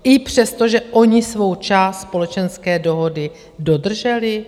I přesto, že oni svou část společenské dohody dodrželi?